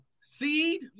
seed